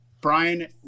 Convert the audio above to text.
Brian